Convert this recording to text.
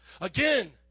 Again